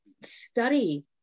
study